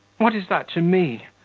what is that to me?